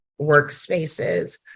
workspaces